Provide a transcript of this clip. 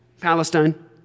Palestine